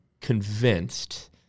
convinced